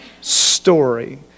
story